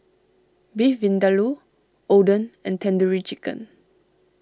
Beef Vindaloo Oden and Tandoori Chicken